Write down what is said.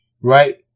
right